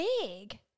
big